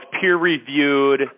peer-reviewed